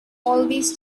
always